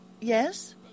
yes